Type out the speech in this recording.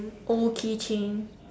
old keychain